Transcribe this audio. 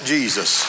Jesus